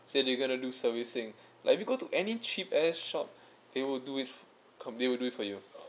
since you gonna do servicing like if you go to any cheap ass shop they will do it they will do it for you